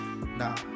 Nah